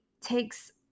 takes